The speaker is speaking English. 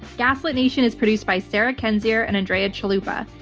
gaslit nation is produced by sarah kendzior and andrea chalupa.